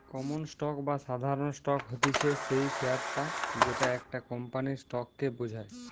common stock বা সাধারণ stock হতিছে সেই শেয়ারটা যেটা একটা কোম্পানির স্টক কে বোঝায়